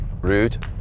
Rude